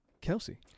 Kelsey